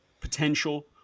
potential